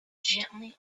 gently